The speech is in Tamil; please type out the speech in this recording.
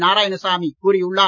நாராயணசாமி கூறியுள்ளார்